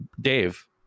Dave